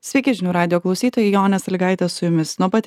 sveiki žinių radijo klausytojai jonė sąlygaitė su jumis nuo pat